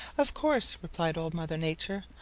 of course, replied old mother nature.